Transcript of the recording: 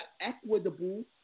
equitable